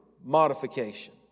modification